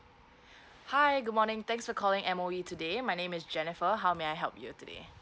hi good morning thanks for calling M_O_E today my name is jennifer how may I help you today